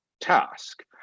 task